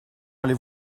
allez